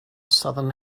southern